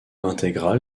intégral